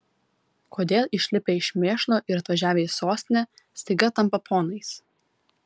kodėl išlipę iš mėšlo ir atvažiavę į sostinę staiga tampa ponais